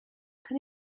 can